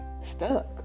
stuck